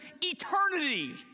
eternity